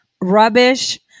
rubbish